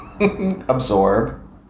Absorb